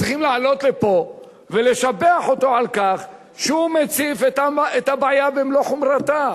הם צריכים לעלות לפה ולשבח אותו על כך שהוא מציף את הבעיה במלוא חומרתה.